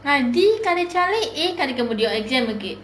so D கிடைச்சாலே:kidaichaalae A கிடைக்க முடியும்:kidaikka mudiyum exam மிக்கு:mikku